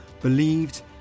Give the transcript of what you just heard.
believed